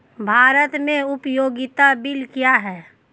भारत में उपयोगिता बिल क्या हैं?